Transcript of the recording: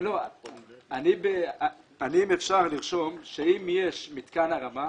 אם אפשר לרשום שאם יש מתקן הרמה,